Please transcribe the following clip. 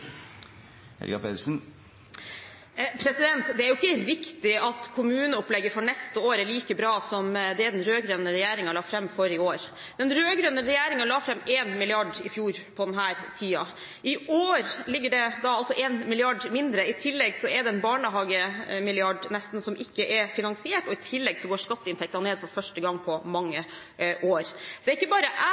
Det er jo ikke riktig at kommuneopplegget for neste år er like bra som det den rød-grønne regjeringen la fram for i år. Den rød-grønne regjeringen la fram 1 mrd. kr i fjor på denne tiden. I år ligger det 1 mrd. kr mindre. I tillegg er det nesten en barnehagemilliard som ikke er finansiert, og skatteinntektene går ned for første gang på mange år. Det er ikke bare